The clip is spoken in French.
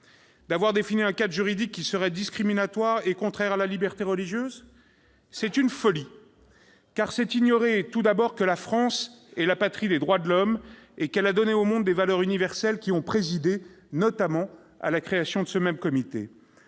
D'avoir défini un cadre juridique qui serait discriminatoire et contraire à la liberté religieuse ? C'est une folie ! Car c'est ignorer, tout d'abord, que la France est la patrie des droits de l'homme et qu'elle a donné au monde des valeurs universelles qui ont présidé, notamment, à la création de ce même comité.